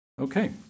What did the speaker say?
Okay